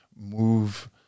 move